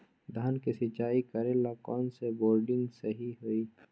धान के सिचाई करे ला कौन सा बोर्डिंग सही होई?